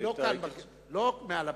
לא מעל הבמה,